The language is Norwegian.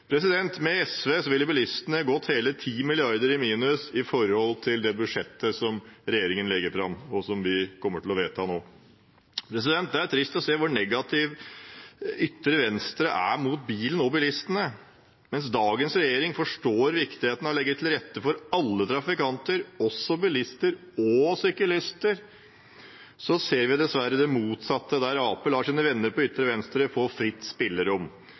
kr. Med SV ville bilistene gått hele 10 mrd. kr i minus i forhold til det budsjettet som regjeringen legger fram, og som vi kommer til å vedta nå. Det er trist å se hvor negativ ytre venstre er til bilen og bilistene. Mens dagens regjering forstår viktigheten av å legge til rette for alle trafikanter, også bilister og syklister, ser vi dessverre det motsatte hos Arbeiderpartiet, som lar sine venner på ytre venstre få fritt spillerom.